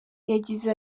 yagize